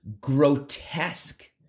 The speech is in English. grotesque